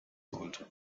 sollte